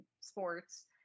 sports